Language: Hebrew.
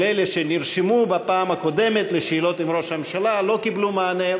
לאלה שנרשמו בפעם הקודמת לשאלות עם ראש הממשלה ולא קיבלו מענה,